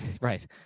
right